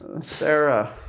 Sarah